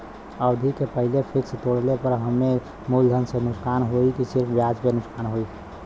अवधि के पहिले फिक्स तोड़ले पर हम्मे मुलधन से नुकसान होयी की सिर्फ ब्याज से नुकसान होयी?